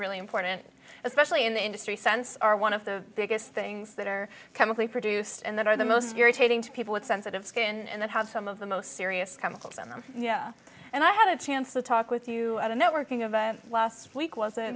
really important especially in the industry sense are one of the biggest things that are chemically produced and that are the most irritating to people with sensitive skin and that has some of the most serious chemicals in them yeah and i had a chance to talk with you on a networking event last week was